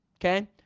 Okay